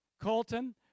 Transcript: Colton